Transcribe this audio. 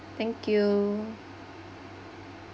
thank you